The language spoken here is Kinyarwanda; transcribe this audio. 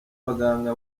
baganga